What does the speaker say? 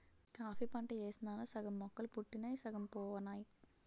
coffee పంట యేసినాను సగం మొక్కలు పుట్టినయ్ సగం పోనాయి